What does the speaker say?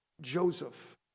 Joseph